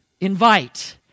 invite